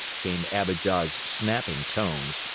came abijah's snapping tones.